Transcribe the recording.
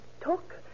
talk